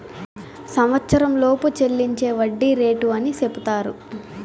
సంవచ్చరంలోపు చెల్లించే వడ్డీ రేటు అని సెపుతారు